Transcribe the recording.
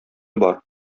бар